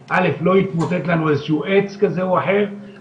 שרגילים אליו, אז מי אחראי, מי מממן?